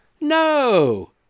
No